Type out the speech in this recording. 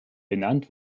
benannt